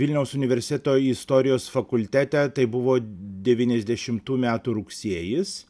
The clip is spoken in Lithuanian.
vilniaus universiteto istorijos fakultete tai buvo devyniasdešimtų metų rugsėjis